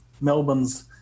Melbourne's